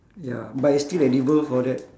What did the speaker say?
ya but it's still edible for that